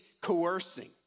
coercing